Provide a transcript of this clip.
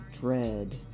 dread